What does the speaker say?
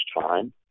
time